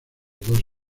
dos